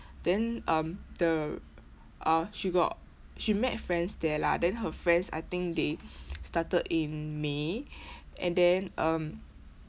then um the uh she got she met friends there lah then her friends I think they started in may and then um